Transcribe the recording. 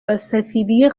وسفیدی